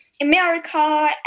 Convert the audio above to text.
America